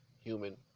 human